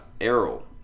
Errol